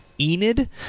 enid